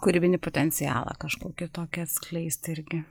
kūrybinį potencialą kažkokį tokį atskleist irgi